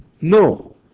no